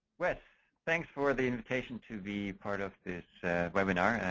yeah thanks for the invitation to be part of this webinar.